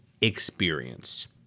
experience